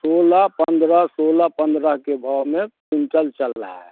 सोलह पंद्रह सोला पंद्रह के भाव में चल चल रहा है